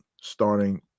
starting